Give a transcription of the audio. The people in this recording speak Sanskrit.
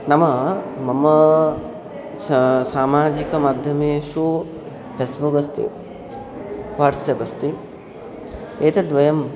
नाम मम सः सामाजिकमाध्यमेषु फ़ेस्बुग् अस्ति वाट्सप् अस्ति एतद्वयं